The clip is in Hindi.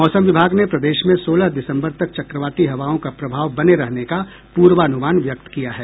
मौसम विभाग ने प्रदेश में सोलह दिसंबर तक चक्रवाती हवाओं का प्रभाव बने रहने का पूर्वानुमान व्यक्त किया है